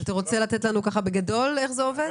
אתה רוצה להסביר לנו בגדול איך זה עובד?